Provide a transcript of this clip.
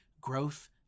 growth